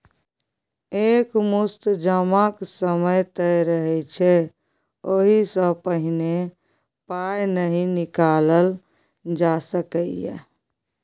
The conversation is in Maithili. एक मुस्त जमाक समय तय रहय छै ओहि सँ पहिने पाइ नहि निकालल जा सकैए